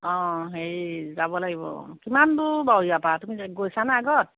অঁ হেৰি যাব লাগিব কিমান দূৰ বাৰু ইয়াৰপৰা তুমি গৈছানে আগত